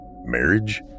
Marriage